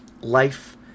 life